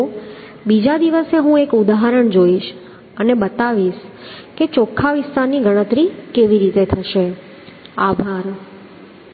તો બીજા દિવસે હું એક ઉદાહરણ જોઈશ અને બતાવીશ કે ચોખ્ખા વિસ્તારની ગણતરી કેવી રીતે થશે આભાર